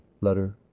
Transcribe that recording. letter